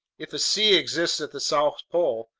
if a sea exists at the south pole,